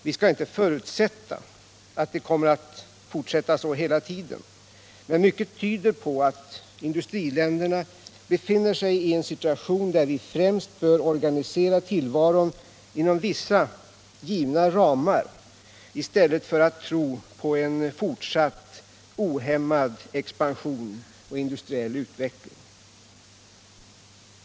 Vi skall inte utgå från att det kommer att fortsätta så hela tiden, men mycket tyder på att industriländerna befinner sig i en situation, där vi främst bör organisera tillvaron inom vissa givna ramar i stället för att tro på en fortsatt ohämmad expansion och industriell utveckling.